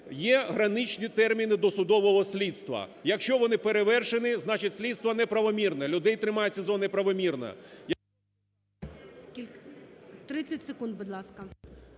є граничні терміни досудового слідства, якщо вони перевершені, значить слідство неправомірне, людей тримають в СІЗО неправомірно.